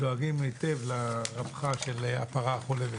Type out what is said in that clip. דואגים היטב לרווחה של הפרה החולבת.